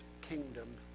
kingdom